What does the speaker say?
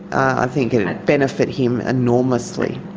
i think it would benefit him enormously.